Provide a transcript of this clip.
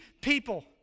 people